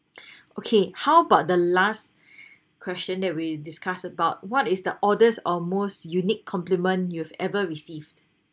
okay how about the last question that we discuss about what is the orders or most unique complement you've ever received